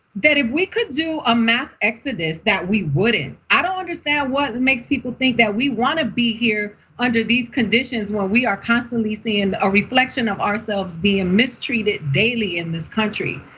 that if we could do a mass exodus that we wouldn't. i don't understand what makes people think that we wanna be here under these conditions, when we are constantly seeing and a reflection of ourselves being mistreated daily in this country.